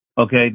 Okay